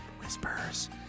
Whispers